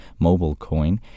MobileCoin